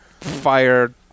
fire